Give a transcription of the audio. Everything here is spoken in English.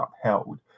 upheld